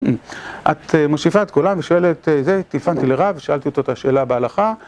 את מוסיפה את כולם ושואלת את זה, טלפנתי לרב, שאלתי אותו את השאלה בהלכה